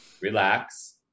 relax